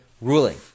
ruling